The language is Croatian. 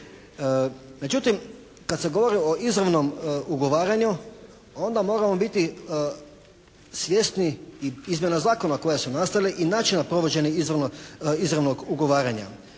Međutim, kad se govori o izravnom ugovaranju onda moramo biti svjesni i izmjena zakona koje su nastale i načina provođenja izravnog ugovaranja,